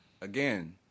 again